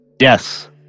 Yes